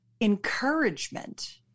encouragement